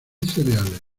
cereales